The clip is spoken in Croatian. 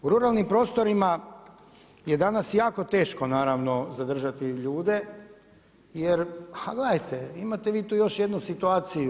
U ruralnim prostorima je danas jako teško, naravno zadržati ljude jer gledajte, imate vi tu još jedni situaciju.